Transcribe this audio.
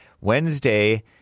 Wednesday